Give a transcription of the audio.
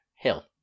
hill